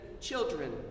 Children